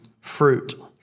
fruit